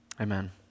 Amen